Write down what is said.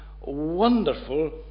wonderful